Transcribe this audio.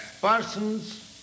persons